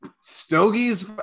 Stogies